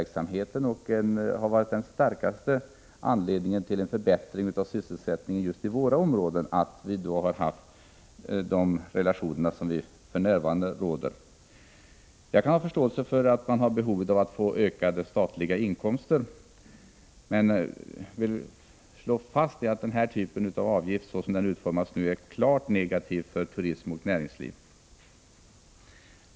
Jag vill säga att främsta skälet till att sysselsättningen har förbättrats i området är de prisrelationer som för närvarande råder. Jag kan ha förståelse för att staten har behov av att få ökade inkomster men vill slå fast att den typ av avgift som vi nu talar om är klart negativ för turism och näringsliv.